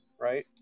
right